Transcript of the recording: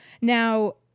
Now